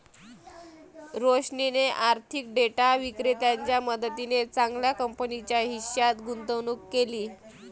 रोशनीने आर्थिक डेटा विक्रेत्याच्या मदतीने चांगल्या कंपनीच्या हिश्श्यात गुंतवणूक केली